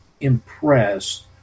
impressed